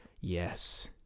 Yes